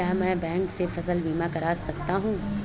क्या मैं बैंक से फसल बीमा करा सकता हूँ?